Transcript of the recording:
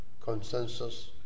consensus